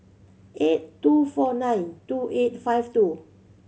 eight two four nine two eight five two